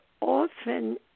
often